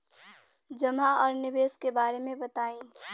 जमा और निवेश के बारे मे बतायी?